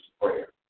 prayer